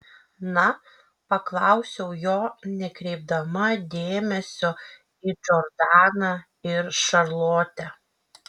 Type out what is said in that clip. na paklausiau jo nekreipdama dėmesio į džordaną ir šarlotę